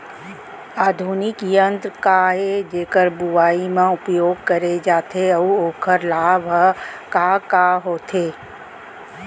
आधुनिक यंत्र का ए जेकर बुवाई म उपयोग करे जाथे अऊ ओखर लाभ ह का का होथे?